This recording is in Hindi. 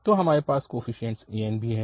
तो हमरे पास कोफीशिएंट an भी है